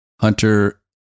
Hunter